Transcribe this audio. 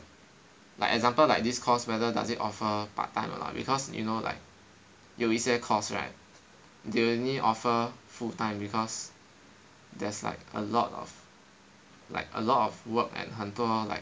like example like this course whether does it offer part time or not because you know like 有一些 course right they only offer full time because there's like a lot of like a lot of work and 很多 like